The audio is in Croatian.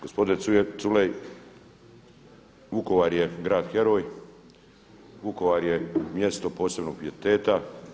Gospodine Culej Vukovar je grad heroj, Vukovar je mjesto posebnog pijeteta.